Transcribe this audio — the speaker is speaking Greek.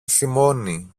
θυμώνει